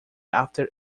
after